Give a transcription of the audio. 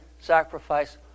sacrifice